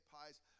pies